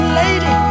lady